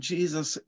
Jesus